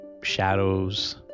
shadows